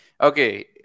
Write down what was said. Okay